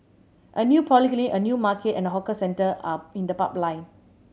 a new polyclinic a new market and hawker centre are in the pipeline